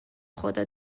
خدا